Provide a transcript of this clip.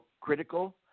critical